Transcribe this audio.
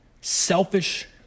selfish